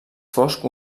fosc